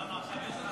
למה, עכשיו יש אותו?